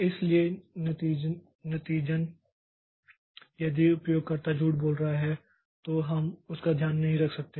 इसलिए नतीजतन यदि उपयोगकर्ता झूठ बोल रहा है तो हम उसका ध्यान नहीं रख सकते हैं